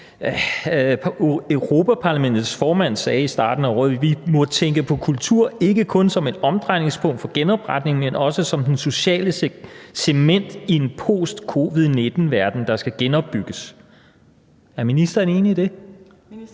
Europa-Parlamentets formand i starten af året gjorde: Vi må tænke på kultur ikke kun som et omdrejningspunkt for genopretningen, men også som det sociale cement i en post-covid-19-verden, der skal genopbygges. Er ministeren enig i det?